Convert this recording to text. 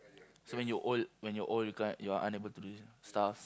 so when you old when you're old guy you're can't you're unable to do this stuff